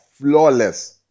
flawless